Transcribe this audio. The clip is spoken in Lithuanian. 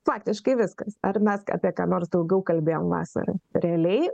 faktiškai viskas ar mes apie ką nors daugiau kalbėjom vasarą realiai